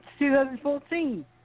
2014